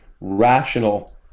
rational